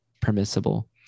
permissible